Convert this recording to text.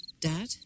Dad